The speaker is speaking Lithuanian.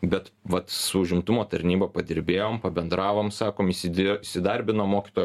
bet vat su užimtumo tarnyba padirbėjom pabendravom sakom įsidė įsidarbino mokytojo